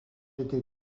était